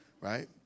right